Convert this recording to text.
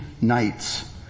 nights